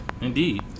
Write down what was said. Indeed